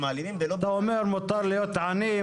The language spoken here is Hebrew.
האלימים ולא --- אתה אומר שמותר להיות עני,